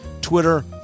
Twitter